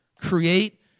Create